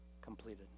completed